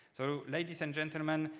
so ladies and gentlemen,